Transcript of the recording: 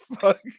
fuck